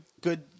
good